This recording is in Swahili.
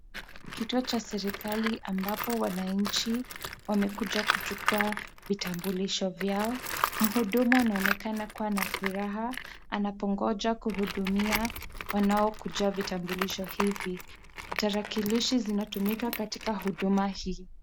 Kituo cha serikali ambapo wananchi wamekuja kuchukua vitambulisho vyao, mhudumu anaonekana kuwa na furaha, anapongoja kuhudumia wanaokuja vitambulisho hivi. Tarakilishi zinatumika katika huduma hii.